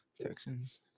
Texans